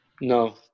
No